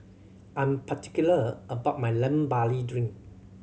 I'm particular about my Lemon Barley Drink